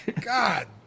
God